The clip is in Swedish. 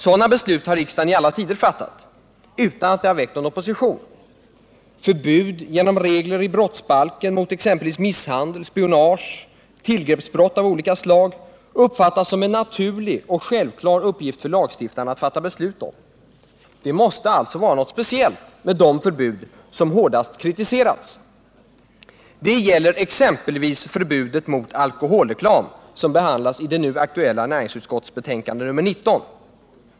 Sådana beslut har riksdagen i alla tider fattat, utan att det har väckt någon opposition. Förbud genom regler i brottsbalken mot exempelvis misshandel, spionage och tillgreppsbrott av olika slag uppfattas som en naturlig och självklar uppgift för lagstiftaren att fatta beslut om. Det måste alltså vara något speciellt med de förbud som hårdast kritiserats. Det gäller exempelvis förbudet mot alkoholreklam, som behandlas i det nu aktuella betänkandet nr 19 från näringsutskottet.